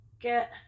get